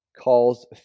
calls